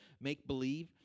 make-believe